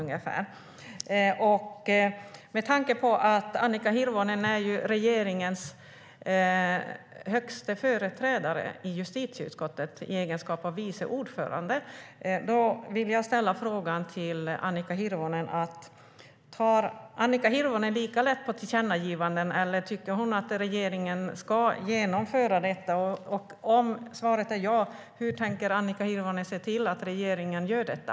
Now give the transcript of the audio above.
Med tanke på att Annika Hirvonen är regeringens högsta företrädare i justitieutskottet i egenskap av vice ordförande vill jag fråga: Tar Annika Hirvonen lika lätt på tillkännagivanden? Eller tycker hon att regeringen ska genomföra detta? Om svaret är ja, hur tänker Annika Hirvonen se till att regeringen gör detta?